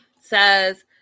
says